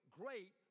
great